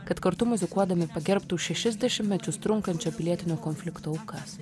kad kartu muzikuodami pagerbtų šešis dešimtmečius trunkančio pilietinio konflikto aukas